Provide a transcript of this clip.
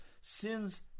Sins